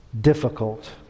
difficult